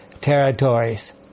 territories